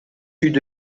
үйдө